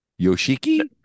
Yoshiki